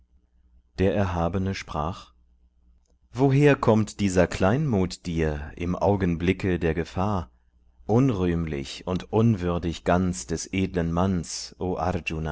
der erhabene sprach woher kommt dieser kleinmut dir im augenblicke der gefahr unrühmlich und unwürdig ganz des edlen manns